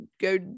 go